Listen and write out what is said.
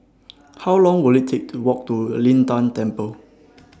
How Long Will IT Take to Walk to Lin Tan Temple